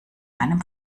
einem